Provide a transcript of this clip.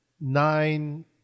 nine